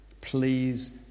Please